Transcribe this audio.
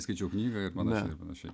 skaičiau knygą ir panašiai ir panašiai